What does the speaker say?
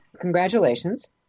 Congratulations